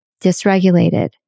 dysregulated